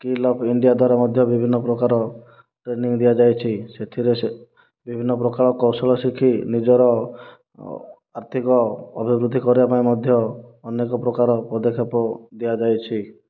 skill of India ତରଫରୁ ମଧ୍ୟ ବିଭିନ୍ନ ପ୍ରକାର ଟ୍ରେନିଂ ଦିଆଯାଉଛି ସେଥିରେ ସେ ବିଭିନ୍ନ ପ୍ରକାର କୌଶଳ ଶିଖି ନିଜର ଆର୍ଥିକ ଅଭିବୁଦ୍ଧି କରିବା ପାଇଁକି ମଧ୍ୟ ଅନେକ ପ୍ରକାର ପଦକ୍ଷେପ ଦିଆଯାଇଛି